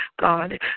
God